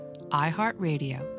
iHeartRadio